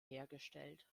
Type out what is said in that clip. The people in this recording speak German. hergestellt